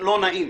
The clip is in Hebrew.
לא נעים.